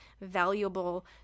valuable